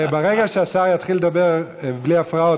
ברגע שהשר יתחיל לדבר בלי הפרעות,